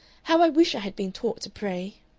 how i wish i had been taught to pray!